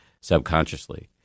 subconsciously